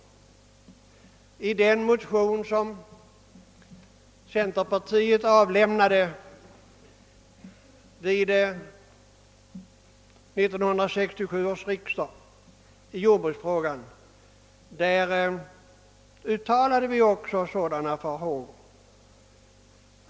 I den motion som centerpartiet avlämnade vid 1967 års riksdag i jordbruksfrågan uttalade vi också sådana farhågor.